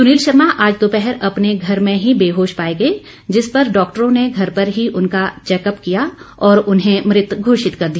सुनील शर्मा आज दोपहर अपने घर में ही बेहोश पाए गए जिस पर डॉक्टरों ने घर पर ही उनका चैकअप किया और उन्हें मृत घोषित कर दिया